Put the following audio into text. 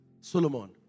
Solomon